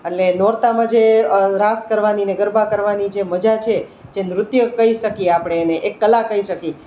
અને નોરતામાં જે રાસ કરવાની ને ગરબા કરવાની જે મજા છે જે નૃત્ય કહી શકીએ આપણે એને એક કલા કહી શકીએ